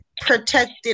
protected